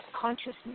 consciousness